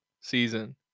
season